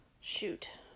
shoot